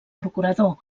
procurador